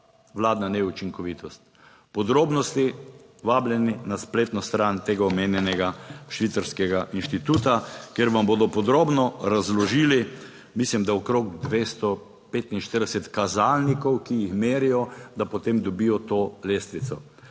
vladna neučinkovitost. Podrobnosti vabljeni na spletno stran tega omenjenega švicarskega inštituta, kjer vam bodo podrobno razložili, mislim, da okrog 245 kazalnikov, ki jih merijo, da potem dobijo to lestvico.